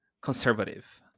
conservative